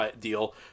deal